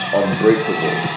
unbreakable